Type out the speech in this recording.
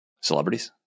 celebrities